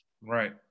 Right